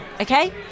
okay